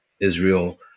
Israel